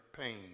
pain